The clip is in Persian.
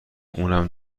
اونم